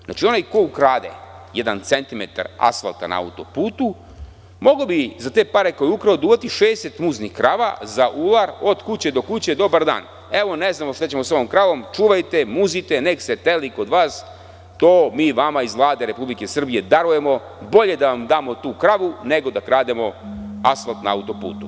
Znači, onaj ko ukrade jedan centimetar asfalta na auto-putu, mogao bi za te pare koje je ukrao da uhvati 60 muznih krava za ular, od kuće do kuće – dobar dan, evo, ne znamo šta ćemo sa ovom kravom, čuvajte je, muzite je, nek se teli kod vas, to mi vama iz Vlade Republike Srbije darujemo, bolje da vam damo tu kravu nego da krademo asfalt na auto-putu.